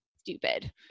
Stupid